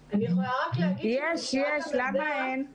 יש שוני גדול מאוד בתוך בתי הספר הממלכתיים דתיים.